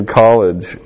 college